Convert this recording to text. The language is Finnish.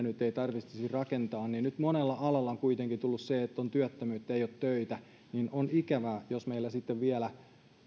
nyt tarvitsisi rakentaa niin nyt kun monella alalla on kuitenkin tullut työttömyyttä ei ole töitä niin on ikävää jos meillä sitten vielä